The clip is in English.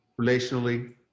relationally